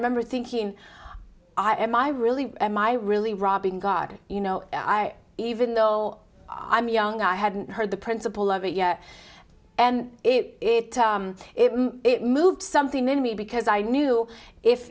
remember thinking i am i really am i really robbing god you know even though i'm young i hadn't heard the principle of it yet and it moved something in me because i knew if